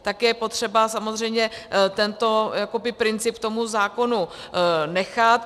Také je potřeba samozřejmě tento princip tomu zákonu nechat.